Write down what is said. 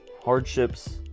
hardships